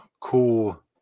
cool